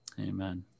Amen